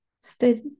stay